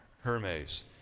Hermes